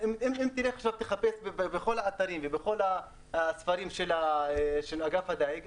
אם תחפש בכל האתרים ובכל הספרים של אגף הדייג,